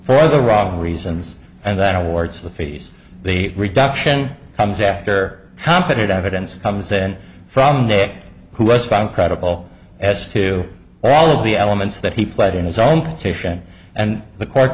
for the wrong reasons and that awards the fees the reduction comes after competent evidence comes in from day who was found credible as to all of the elements that he pled in his own petition and the court